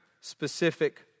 specific